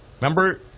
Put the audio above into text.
Remember